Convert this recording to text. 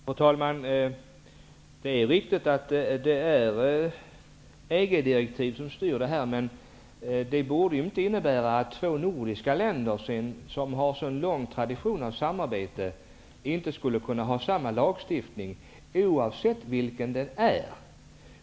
Fru talman! Det är riktigt att detta styrs av EG direktiv. Det borde emellertid inte innebära att två nordiska länder som har en sådan lång tradition med samarbete inte skulle kunna ha samma lagstiftning, oavsett vilken den är.